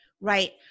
Right